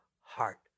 heart